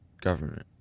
government